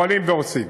פועלים ועושים.